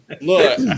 Look